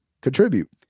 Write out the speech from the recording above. contribute